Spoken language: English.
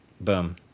boom